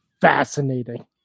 fascinating